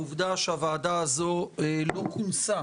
בעיניי, העובדה שהוועדה הזאת לא כונסה